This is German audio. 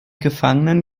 gefangenen